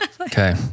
okay